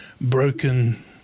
broken